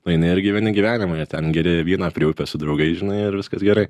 nueini ir gyveni gyvenimą ir ten geri vyną prie upės su draugais žinai ir viskas gerai